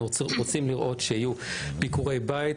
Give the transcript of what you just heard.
אנחנו רוצים לראות שיהיו ביקורי בית,